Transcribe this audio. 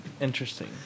Interesting